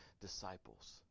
disciples